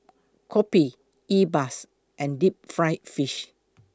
Kopi E Bua and Deep Fried Fish